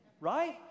right